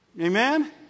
Amen